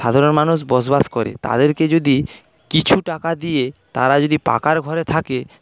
সাধারণ মানুষ বসবাস করে তাদেরকে যদি কিছু টাকা দিয়ে তারা যদি পাকা ঘরে থাকে